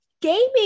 Gaming